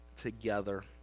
together